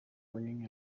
ringing